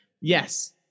Yes